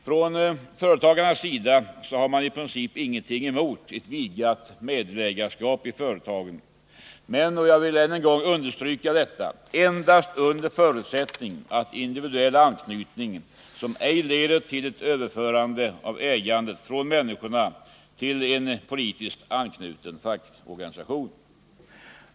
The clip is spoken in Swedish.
Från företagarnas sida har man i princip ingenting emot ett vidgat meddelägarskap i företagen men — jag vill än en gång understryka detta — endast under förutsättning av individuell anknytning som ej leder till ett överförande av ägandet från människorna till en politiskt anknuten fackorganisation.